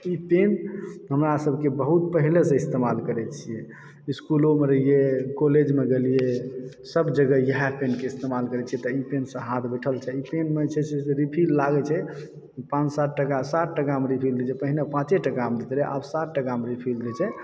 ई pen हमरा सबके बहुत पहिले सॅं इस्तेमाल करै छी इसकुलमे रहिए कॉलेजमे गेलिए सब जगह इएह पेन के इस्तेमाल करै छियै तखनसॅं हाथ बैठल छै ई पेन म जे छै से रिफ़ील लागय छै पाँच सात टका सात टकामे रिफ़ील दय छै पहिने पाँचे टका मे दैत रहै आब सात टका मे रिफ़ील दय छै